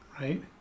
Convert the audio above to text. right